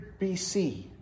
BC